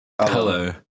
Hello